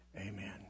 Amen